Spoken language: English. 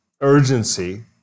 urgency